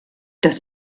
dass